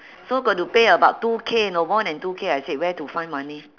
so got to pay about two K you know more than two K I said where to find money